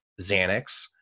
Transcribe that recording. Xanax